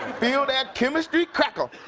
feel that chemistry crackle.